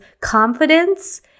confidence